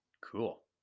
Cool